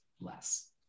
less